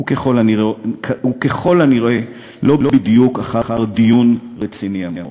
וכפי הנראה לא בדיוק אחר דיון רציני עמוק.